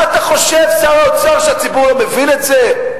מה אתה חושב, שר האוצר, שהציבור לא מבין את זה?